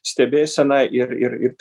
stebėsena ir ir ir